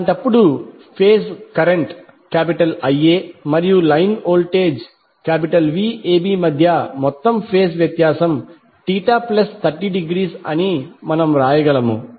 అలాంటప్పుడు phase current Ia మరియు line voltage Vab మధ్య మొత్తం ఫేజ్ వ్యత్యాసం 30° అని మనం వ్రాయగలము